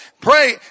pray